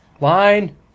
Line